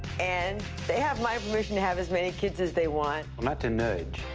and they have my permission to have as many kids as they want. not to nudge.